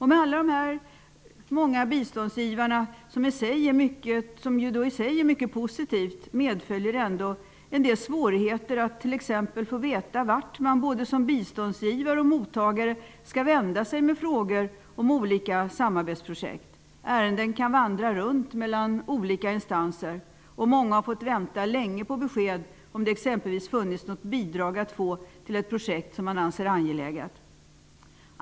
Med alla dessa många biståndsgivare, vilket i sig är mycket positivt, medföljer ändå vissa svårigheter att exempelvis få veta vart man både som biståndsgivare och mottagare skall vända sig med frågor om olika samarbetsprojekt. Ärenden kan vandra runt mellan olika instanser. Många har fått vänta länge på besked om det exempelvis funnits något bidrag att få till ett projekt som man anser angeläget.